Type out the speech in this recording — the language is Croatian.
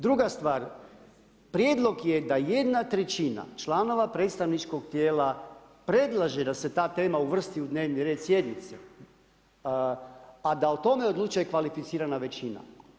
Druga stvar, prijedlog je da jedna trećina članova predstavničkog tijela predlaže da se ta tema uvrsti u dnevni red sjednice, a da o tome odlučuje kvalificirana većina.